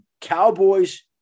Cowboys